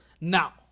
Now